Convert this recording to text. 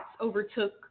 overtook